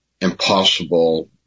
impossible